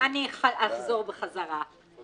אני אחזור בחזרה.